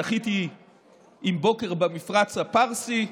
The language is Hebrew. שחיתי עם בוקר במפרץ הפרסי,